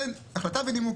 זה החלטה ונימוק.